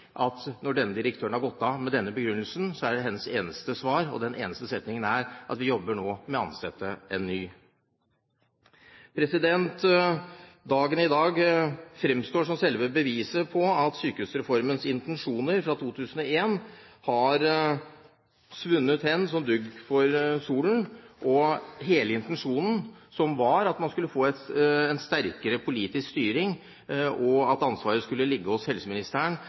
direktøren har gått av med denne begrunnelsen, er hennes eneste svar denne ene setningen: Vi jobber nå med å ansette en ny. Dagen i dag fremstår som selve beviset på at sykehusreformens intensjoner fra 2001 har svunnet hen som dugg for solen. Hele intensjonen, som var at man skulle få en sterkere politisk styring, og at ansvaret skulle ligge hos helseministeren,